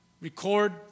record